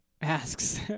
asks